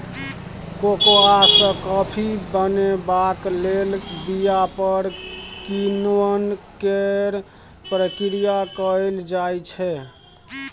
cocoa सँ coffee बनेबाक लेल बीया पर किण्वन केर प्रक्रिया कएल जाइ छै